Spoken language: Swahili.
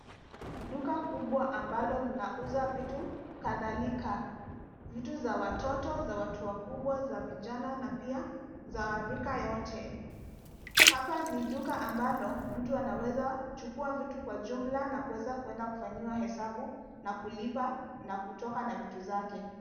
Duka kubwa ambalo linauza vitu, kadhalika, vitu, za watoto, za watu wakubwa, za vijana, na pia, za rika yote. Hapa ni duka ambalo, mtu anaweza chukua vitu kwa jumla, na kwenda kufanyiwa hesabu, na kulipa, na kutoka na vitu zake.